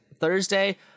Thursday